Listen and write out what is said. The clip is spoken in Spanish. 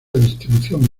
distribución